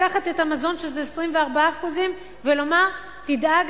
לקחת את המזון שזה 24% ולומר: תדאג,